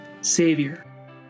Savior